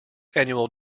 annual